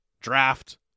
Draft